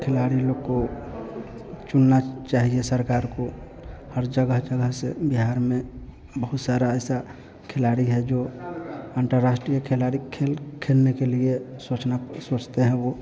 खिलाड़ी लोग को चुनना चाहिए सरकार को हर जगह जगह से बिहार में बहुत सारे ऐसे खिलाड़ी हैं जो अंतर्राष्ट्रीय खिलाड़ी खेल खेलने के लिए सोचना सोचते हैं वे